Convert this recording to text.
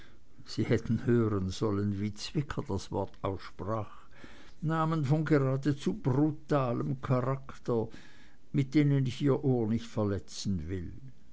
sie hätten hören sollen wie zwicker das wort aussprach namen von geradezu brutalem charakter mit denen ich ihr ohr nicht verletzen will